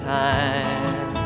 time